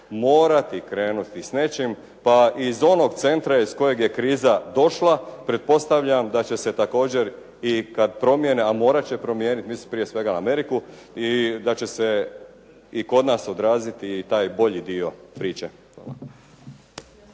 morati krenuti s nečim, pa iz onog centra iz kojeg je kriza došla, pretpostavljam da će se također i kada promijene, a morat će promijeniti mislim prije svega na Ameriku i da će se i kod nas odraziti i taj bolji dio priče.